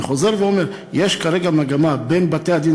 אני חוזר ואומר: יש כרגע מגמה בין בתי-הדין